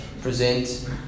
present